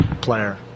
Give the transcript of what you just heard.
player